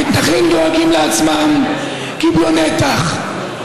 המתנחלים דואגים לעצמם, קיבלו נתח,